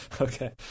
Okay